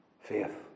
Faith